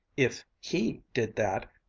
if he did that,